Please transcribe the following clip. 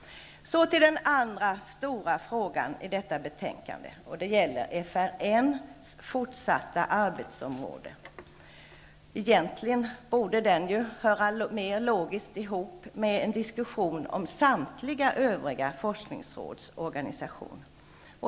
Så till den andra stora frågan i detta betänkande. Det gäller FRN:s fortsatta arbetsområde. Egentligen borde detta anses logiskt höra mera ihop med en diskussion om samtliga övriga forskningsråds organisation.